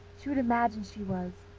she would imagine she was.